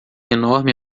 enorme